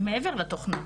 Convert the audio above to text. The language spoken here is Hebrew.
מעבר לתוכנה.